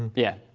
yeah,